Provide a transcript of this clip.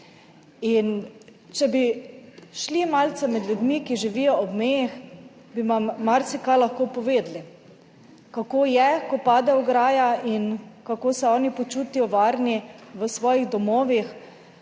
In če bi šli malce med ljudmi, ki živijo ob meji, bi vam marsikaj lahko povedali, kako je, ko pade ograja in kako se oni počutijo varni v svojih domovih